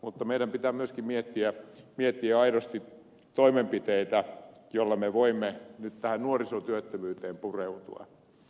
mutta meidän pitää myöskin miettiä aidosti toimenpiteitä joilla me voimme nyt tähän nuorisotyöttömyyteen pureutua